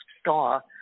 star